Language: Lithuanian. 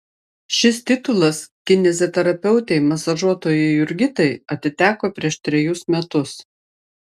šis titulas kineziterapeutei masažuotojai jurgitai atiteko prieš trejus metus